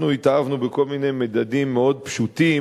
אנחנו התאהבנו בכל מיני מדדים מאוד פשוטים,